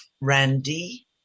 Randy